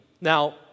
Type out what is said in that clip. Now